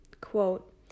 quote